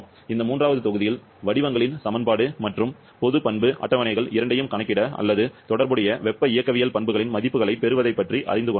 இந்த மூன்றாவது தொகுதியில் வடிவங்களின் சமன்பாடு மற்றும் பொது பண்பு அட்டவணைகள் இரண்டையும் கணக்கிட அல்லது தொடர்புடைய வெப்ப இயக்கவியல் பண்புகளின் மதிப்புகளைப் பெறுவதைப் பற்றி அறிந்து கொண்டோம்